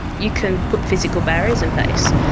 you can put physical barriers in place,